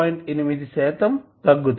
8 శాతం తగ్గుతుంది